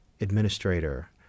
administrator